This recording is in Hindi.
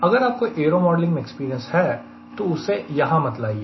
अगर आपको एयरोमॉडलिंग में एक्सपीरियंस है तो उसे यहां मत लाइए